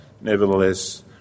nevertheless